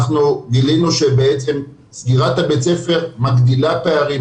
גילינו שסגירת בית הספר מגדילה פערים,